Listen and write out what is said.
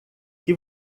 que